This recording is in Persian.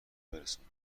برساند